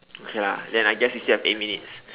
okay ah then I guess we still have eight minutes